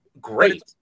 great